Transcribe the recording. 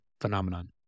phenomenon